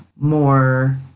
more